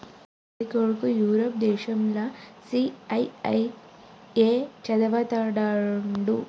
మా మరిది కొడుకు యూరప్ దేశంల సీఐఐఏ చదవతండాడు